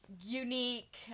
Unique